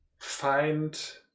find